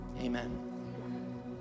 Amen